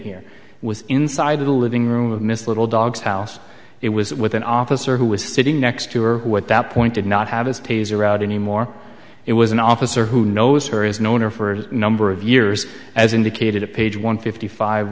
here was inside the living room of miss little dogs house it was with an officer who was sitting next to or what that point did not have his taser out anymore it was an officer who knows her is known her for a number of years as indicated at page one fifty five